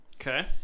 Okay